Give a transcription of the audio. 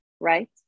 Right